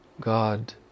God